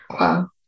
Wow